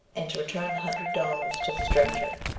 and to return the hundred dollars to the stranger.